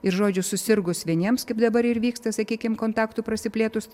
ir žodžiu susirgus vieniems kaip dabar ir vyksta sakykim kontaktui prasiplėtus